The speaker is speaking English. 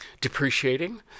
depreciating